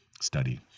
study